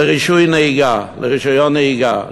לרישיון נהיגה,